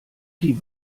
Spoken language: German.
die